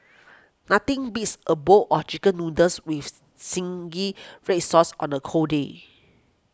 nothing beats a bowl of Chicken Noodles with Zingy Red Sauce on a cold day